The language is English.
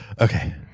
Okay